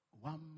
One